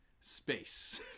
space